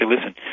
listen